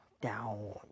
down